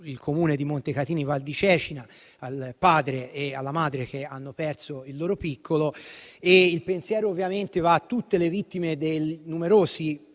il Comune di Montecatini Val di Cecina, al padre e alla madre che hanno perso il loro piccolo. Il pensiero ovviamente va a tutte le vittime dei numerosi